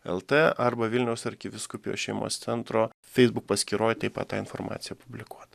lt arba vilniaus arkivyskupijos šeimos centro feisbuk paskyroj taip pat ta informacija publikuota